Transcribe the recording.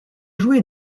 joué